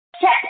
check